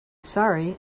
sorry